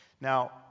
now